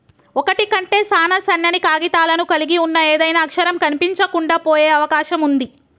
ఒకటి కంటే సాన సన్నని కాగితాలను కలిగి ఉన్న ఏదైనా అక్షరం కనిపించకుండా పోయే అవకాశం ఉంది